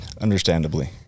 Understandably